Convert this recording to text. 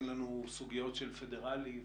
אני